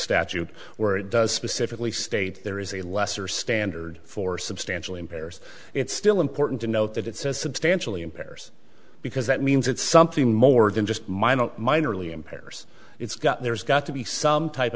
statute where it does specifically state there is a lesser standard for substantially impairs it's still important to note that it says substantially impairs because that means it's something more than just minor minor league impairs it's got there's got to be some type